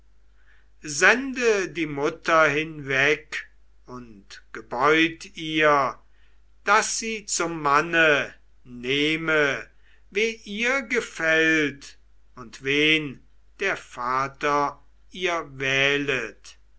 sende die mutter hinweg und gebeut ihr daß sie zum manne nehme wer ihr gefällt und wen der vater ihr wählet